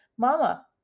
Mama